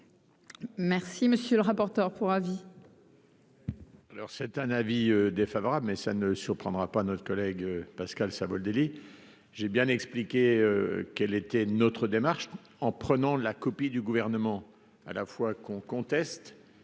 Merci, monsieur le rapporteur pour avis.